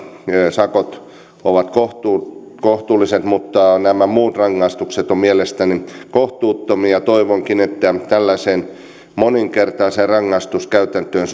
sakot ovat kohtuulliset kohtuulliset mutta nämä muut rangaistukset ovat mielestäni kohtuuttomia toivonkin että tällaiseen moninkertaiseen rangaistuskäytäntöön